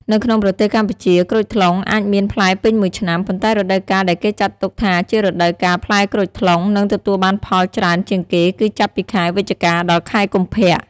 នៅក្នុងប្រទេសកម្ពុជា ក្រូចថ្លុងអាចមានផ្លែពេញមួយឆ្នាំ ប៉ុន្តែរដូវកាលដែលគេចាត់ទុកថាជារដូវកាលផ្លែក្រូចថ្លុង និងទទួលបានផលច្រើនជាងគេគឺចាប់ពីខែ វិច្ឆិកា ដល់ខែកុម្ភៈ។